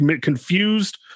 Confused